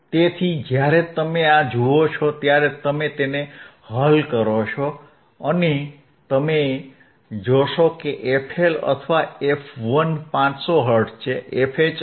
તેથી જ્યારે તમે આ જુઓ છો ત્યારે તમે તેને હલ કરો છો અને તમે જોશો કે fL અથવા f1 500 હર્ટ્ઝ છે fH અથવા f2 એ 1